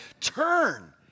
turn